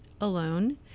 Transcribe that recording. alone